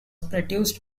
produced